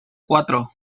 cuatro